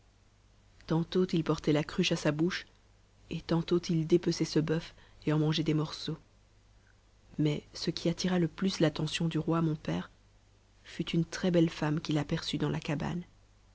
tantôt il portait la cruche à sa bouche et tantôt il dépeçait ce bœuf et en mangeait des morceaux mais ce qui attira le plus l'attention du roi mon père fut une très-belle femme qu'il aperçut dans la cabane